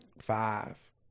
five